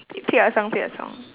pick pick a song pick a song